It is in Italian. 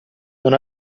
non